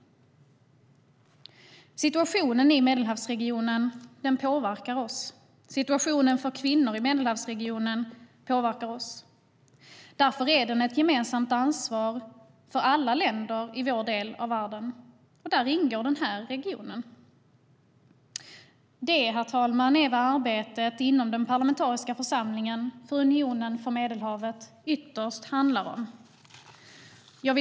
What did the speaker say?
Situationen i Medelhavsregionen påverkar oss. Situationen för kvinnor i Medelhavsregionen påverkar oss. Därför är den ett gemensamt ansvar för alla länder i vår del av världen, och där ingår den här regionen. Det, herr talman, är vad arbetet inom den parlamentariska församlingen för Unionen för Medelhavet ytterst handlar om.